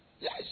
Yes